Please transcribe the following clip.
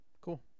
Cool